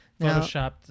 photoshopped